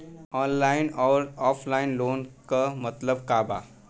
Online अउर offline loan क मतलब का बा?